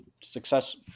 success